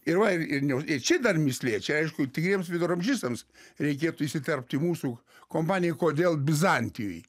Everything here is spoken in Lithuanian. ir va ir ne ir čia dar mįslė čia aišku tikriems viduramžistams reikėtų įsiterpt į mūsų kompaniją kodėl bizantijoj